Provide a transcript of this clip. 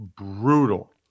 brutal